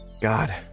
God